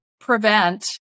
prevent